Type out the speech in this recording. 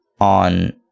on